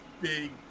big